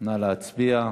נא להצביע.